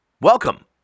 Welcome